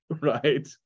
right